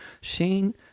Shane